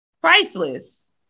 Priceless